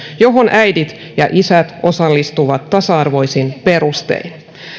johon äidit ja isät osallistuvat tasa arvoisin perustein